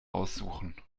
aussuchen